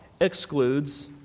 excludes